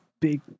big